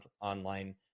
online